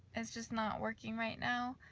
it's just not working right now